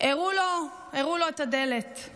הראו לו את הדלת.